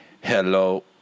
hello